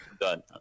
Done